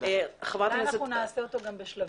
אולי נעשה אותו בשלבים.